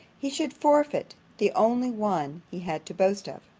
he should forfeit the only one he had to boast of.